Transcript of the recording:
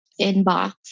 inbox